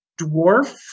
dwarf